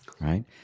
right